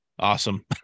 Awesome